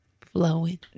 flowing